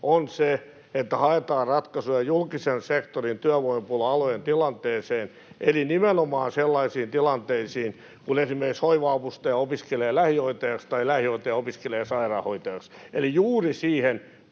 se, että haetaan ratkaisuja julkisen sektorin työvoimapula-alojen tilanteeseen, eli nimenomaan sellaisiin tilanteisiin, joissa esimerkiksi hoiva-avustaja opiskelee lähihoitajaksi tai lähihoitaja opiskelee sairaanhoitajaksi. Eli juuri siihen